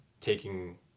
taking